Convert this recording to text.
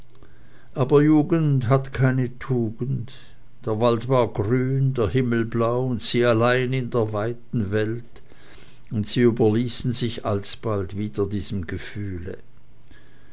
aber jugend hat keine tugend der wald war grün der himmel blau und sie allein in der weiten welt und sie überließen sich alsbald wieder diesem gefühle